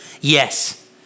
Yes